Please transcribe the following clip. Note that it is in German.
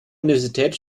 universität